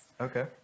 Okay